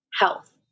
health